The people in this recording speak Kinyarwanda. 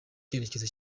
cyerekezo